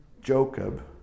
Jacob